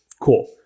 Cool